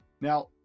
Now